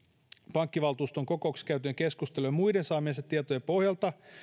pankkivaltuuston kokouksessa käytyjen keskustelujen ja muiden saamiensa tietojen pohjalta